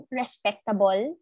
respectable